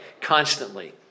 constantly